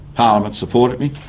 parliament supported me.